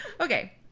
Okay